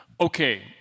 okay